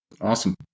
Awesome